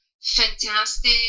fantastic